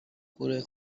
گروه